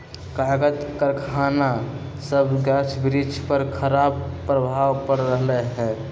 कागज करखना सभसे गाछ वृक्ष पर खराप प्रभाव पड़ रहल हइ